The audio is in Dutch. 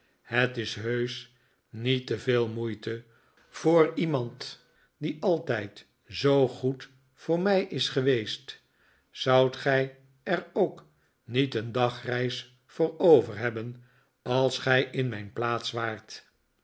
het is heusch niet te veel moeite voor iemand die altijd zoo goed voor mij is geweest zoudt gij er ook niet een dagreis voor over hebben als gij in mijn plaats waart